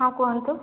ହଁ କୁହନ୍ତୁ